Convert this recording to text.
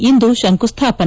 ಇಂದು ಶಂಕುಸ್ಥಾಪನೆ